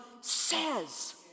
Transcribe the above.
says